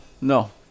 No